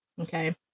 Okay